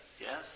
yes